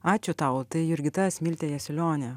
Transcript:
ačiū tau tai jurgita smiltė jasiulionė